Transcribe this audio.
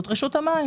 זאת רשות המים.